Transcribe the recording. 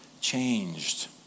changed